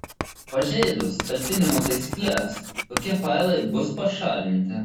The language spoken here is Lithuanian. pažeidus talpinimo taisykles tokie failai bus pašalinti